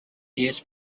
years